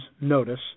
notice